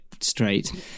straight